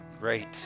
Great